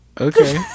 Okay